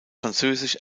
französisch